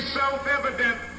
self-evident